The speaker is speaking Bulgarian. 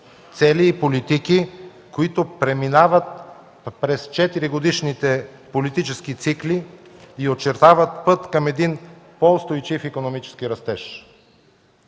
цели и политики, които преминават през четиригодишните политически цикли и очертават път към един по-устойчив икономически растеж.